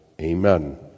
Amen